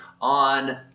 on